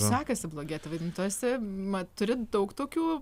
sekasi blogėtį vadint tu esi turi daug tokių